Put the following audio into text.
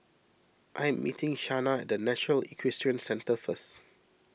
I am meeting Shanna at National Equestrian Centre first